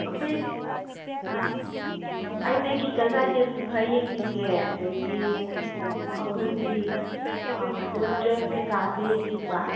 ꯑꯩꯈꯣꯏꯒꯤ ꯑꯩꯁꯦ ꯀꯤꯆꯟ ꯑꯥꯏꯇꯦꯝꯁꯨ ꯈꯔ ꯌꯦꯡꯅꯤꯡꯉꯦ ꯑꯗꯩꯗꯤ ꯑꯩꯈꯣꯏꯒꯤ ꯑꯗꯨꯝ ꯗ꯭ꯔꯦꯁ ꯀꯩꯀꯥꯁꯨ ꯌꯦꯡꯅꯤꯡꯕ